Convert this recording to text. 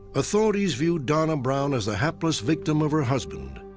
authorities view donna brown as a hapless victim of her husband.